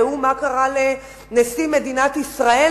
ראו מה קרה לנשיא מדינת ישראל,